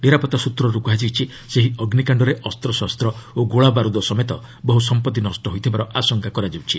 ନିରାପତ୍ତା ସୂତ୍ରରୁ କୁହାଯାଇଛି ସେହି ଅଗ୍ନିକାଷ୍ଠରେ ଅସ୍ତଶସ୍ତ ଓ ଗୋଳାବାରୁଦ ସମେତ ବହୁ ସମ୍ପତ୍ତି ନଷ୍ଟ ହୋଇଥିବାର ଆଶଙ୍କା କରାଯାଉଛି